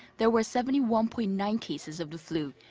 there were seventy one point nine cases of the flu.